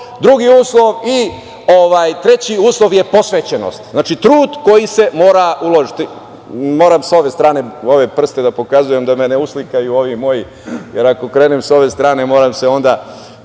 drugi uslov. Treći uslov je posvećenost. Znači, trud koji se mora uložiti. Moram ove prste sa ove strane da pokazujem, da me ne uslikaju ovi moji, jer ako krenem sa ove strane, moram onda